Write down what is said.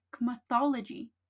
mythology